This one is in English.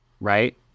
Right